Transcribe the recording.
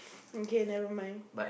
okay never mind